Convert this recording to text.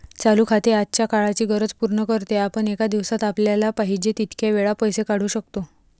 चालू खाते आजच्या काळाची गरज पूर्ण करते, आपण एका दिवसात आपल्याला पाहिजे तितक्या वेळा पैसे काढू शकतो